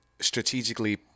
strategically